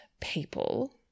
people